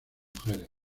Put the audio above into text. mujeres